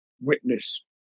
witness